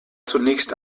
zunächst